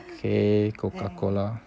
okay coca cola